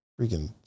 freaking